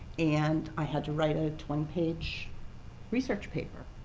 and i had to write a twenty page research paper.